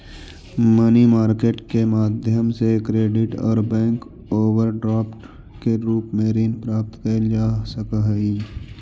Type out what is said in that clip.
money market के माध्यम से क्रेडिट और बैंक ओवरड्राफ्ट के रूप में ऋण प्राप्त कैल जा सकऽ हई